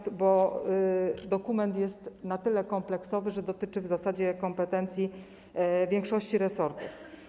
Chodzi o to, że dokument jest na tyle kompleksowy, że dotyczy w zasadzie kompetencji większości resortów.